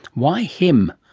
why him?